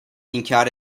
inkar